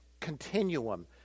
continuum